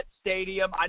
stadium